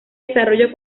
desarrollo